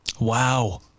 Wow